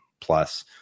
plus